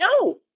No